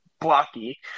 blocky